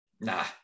Nah